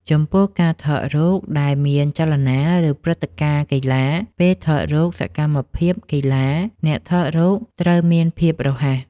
ចំពោះ ការថតរូបដែលមានចលនា ឬព្រឹត្តិការណ៍កីឡា ពេលថតរូបសកម្មភាពកីឡា អ្នកថតរូបត្រូវមានភាពរហ័ស។